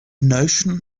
notion